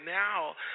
now